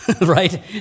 right